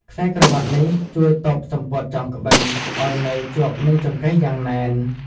ខ្សែក្រវាត់នេះជួយទប់សំពត់ចងក្បិន ឱ្យនៅជាប់នឹងចង្កេះយ៉ាងណែន។